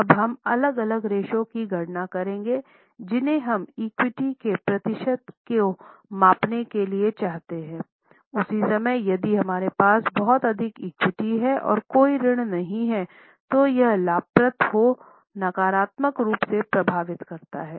अब हम अलग अलग रेश्यो की गणना करेंगे जिन्हें हम इक्विटी के प्रतिशत को मापने के लिए चाहते हैं उसी समय यदि हमारे पास बहुत अधिक इक्विटी है और कोई ऋण नहीं है तो यह लाभप्रदता को नकारात्मक रूप से प्रभावित करता है